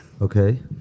Okay